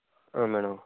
madam